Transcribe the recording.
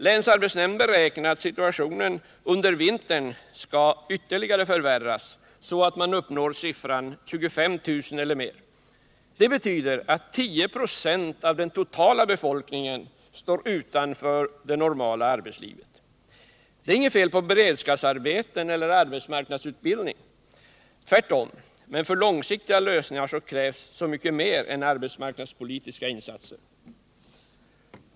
Länsarbetsnämnden beräknar att situationen under vintern skall ytterligare förvärras så att man uppnår siffran 25000 eller mer. Det betyder att 1096 av den totala befolkningen står utanför det normala arbetslivet. Det är inget fel på beredskapsarbete eller arbetsmarknadsutbildning. Tvärtom. Men för långsiktiga lösningar krävs så mycket mer än arbetsmarknadspolitiska insatser.